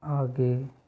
आगे